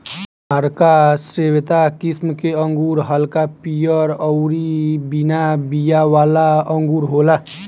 आरका श्वेता किस्म के अंगूर हल्का पियर अउरी बिना बिया वाला अंगूर होला